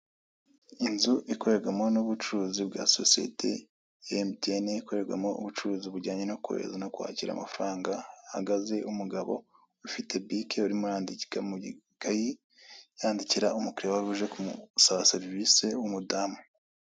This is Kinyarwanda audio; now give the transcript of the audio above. Inzu ikorerwamo n'ubucuruzi bwa sosiyete ya emutiyene ikorerwamo ubucuruzi bujyanye no kohereza no kwakira amafaranga hahagaze umugabo ufite bike urimo urandika mu ikayi arandikira umukiliya wari uje kumusaba serivise w'umudamu.